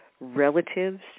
relatives